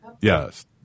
yes